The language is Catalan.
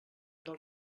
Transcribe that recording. del